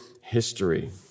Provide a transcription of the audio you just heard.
history